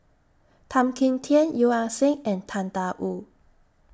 Tan Kim Tian Yeo Ah Seng and Tang DA Wu